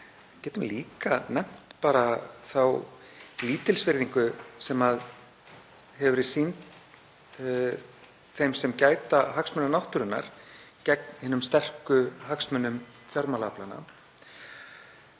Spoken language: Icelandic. getum líka nefnt þá lítilsvirðingu sem þeim hefur verið sýnd sem gæta hagsmuna náttúrunnar gegn hinum sterku hagsmunum fjármálaaflanna